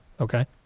okay